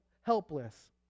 helpless